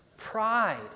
pride